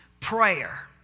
prayer